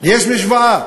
יש משוואה